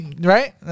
Right